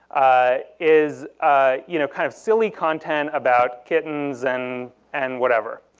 ah is ah you know kind of silly content about kittens and and whatever.